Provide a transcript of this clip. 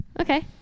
Okay